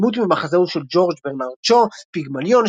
דמות ממחזהו של ג'ורג' ברנרד שו "פיגמליון"